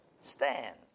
stand